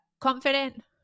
confident